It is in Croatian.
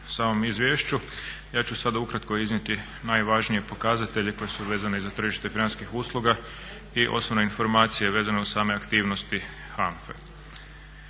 u samom izvješću. Ja ću sada ukratko iznijeti najvažnije pokazatelje koji su vezani za tržište financijskih usluga i osnovne informacije vezane uz same aktivnosti HANFA-e.